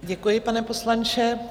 Děkuji, pane poslanče.